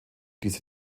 diese